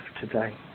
today